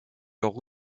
leur